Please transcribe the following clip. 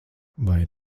vai